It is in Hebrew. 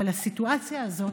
אבל הסיטואציה הזאת,